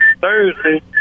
Thursday